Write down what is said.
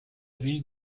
ville